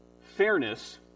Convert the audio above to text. fairness